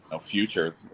future